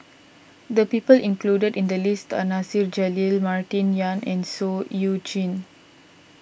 the people included in the list are Nasir Jalil Martin Yan and Seah Eu Chin